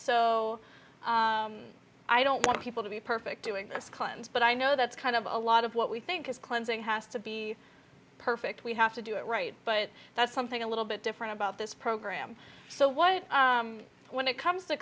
so i don't want people to be perfect doing this cleanse but i know that's kind of a lot of what we think is cleansing has to be perfect we have to do it right but that's something a little bit different about this program so what when it comes to